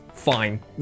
fine